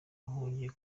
wongeye